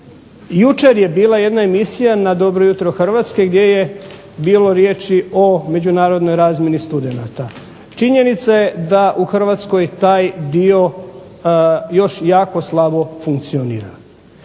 Jučer je bila jedna emisija na "Dobro jutro Hrvatska" gdje je bilo riječi o međunarodnoj razmjeni studenata. Činjenica je da u Hrvatskoj taj dio još jako slabo funkcionira.